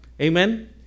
Amen